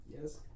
Yes